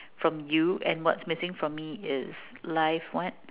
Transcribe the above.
from you and what's missing from me is live what